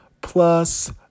plus